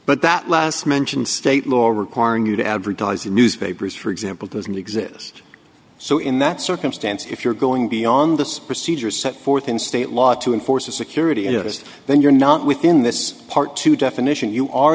but that last mention state law requiring you to advertise in newspapers for example doesn't exist so in that circumstance if you're going beyond this procedure set forth in state law to enforce a security interest then you're not within this part two definition you are